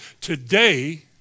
today